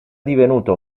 divenuta